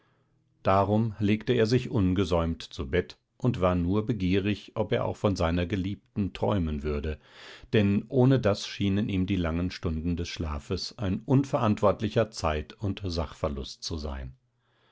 darum legte er sich ungesäumt zu bett und war nur begierig ob er auch von seiner geliebten träumen würde denn ohne das schienen ihm die langen stunden des schlafes ein unverantwortlicher zeit und sachverlust zu sein